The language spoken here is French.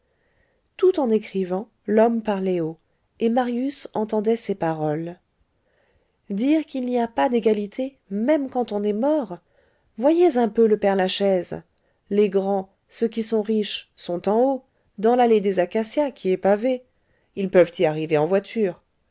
tout en écrivant l'homme parlait haut et marius entendait ses paroles dire qu'il n'y a pas d'égalité même quand on est mort voyez un peu le père-lachaise les grands ceux qui sont riches sont en haut dans l'allée des acacias qui est pavée ils peuvent y arriver en voiture